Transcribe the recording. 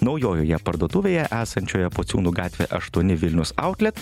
naujojoje parduotuvėje esančioje pociūnų gatvė aštuoni vilnius autlet